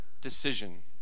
decision